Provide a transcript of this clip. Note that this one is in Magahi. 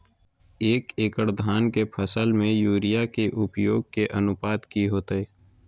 एक एकड़ धान के फसल में यूरिया के उपयोग के अनुपात की होतय?